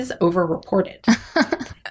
overreported